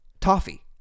Toffee